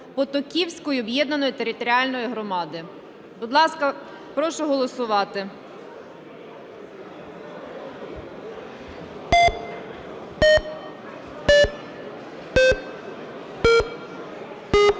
Кам'янопотоківської об'єднаної територіальної громади. Будь ласка, прошу голосувати.